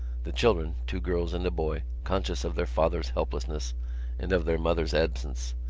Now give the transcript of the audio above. the children two girls and a boy, conscious of their father's helplessness and of their mother's absence,